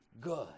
good